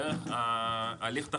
דרך ההליך התחרותי.